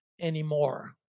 anymore